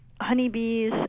honeybees